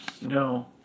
No